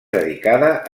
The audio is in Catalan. dedicada